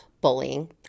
bullying